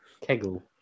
Kegel